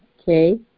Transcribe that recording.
okay